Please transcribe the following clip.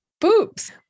boobs